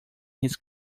his